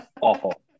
awful